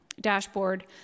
dashboard